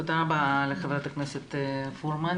תודה רבה לח"כ פרומן.